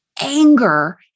anger